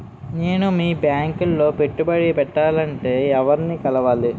నేను మీ బ్యాంక్ లో పెట్టుబడి పెట్టాలంటే ఎవరిని కలవాలి?